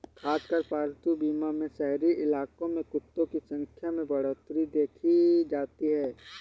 खासकर पालतू बीमा में शहरी इलाकों में कुत्तों की संख्या में बढ़ोत्तरी देखी जाती है